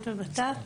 בבט"פ.